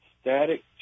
static